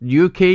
UK